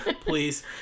please